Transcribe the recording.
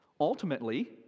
ultimately